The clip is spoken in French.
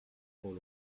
trop